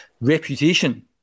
reputation